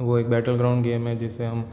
वह एक battleground game है जिसे हम